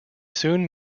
soon